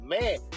man